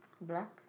black